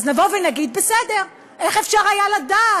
אז נגיד: בסדר, איך אפשר היה לדעת?